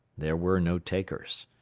there were no takers.